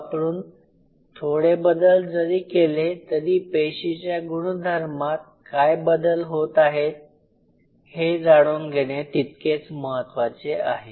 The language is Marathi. वापरून थोडे बदल जरी केले तरी पेशीच्या गुणधर्मात काय बदल होत आहेत हे जाणून घेणे तितकेच महत्त्वाचे आहे